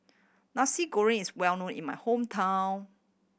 Nasi Goreng is well known in my hometown